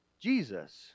Jesus